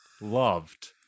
loved